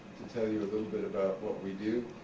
tell you a little bit about what we do,